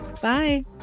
Bye